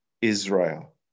Israel